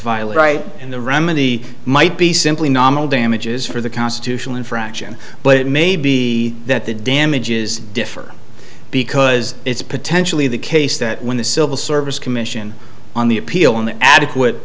violate right and the remedy might be simply nominal damages for the constitutional infraction but it may be that the damages differ because it's potentially the case that when the civil service commission on the appeal an adequate